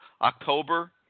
October